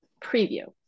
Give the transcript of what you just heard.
preview